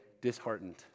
disheartened